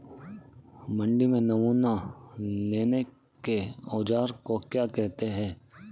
मंडी में नमूना लेने के औज़ार को क्या कहते हैं?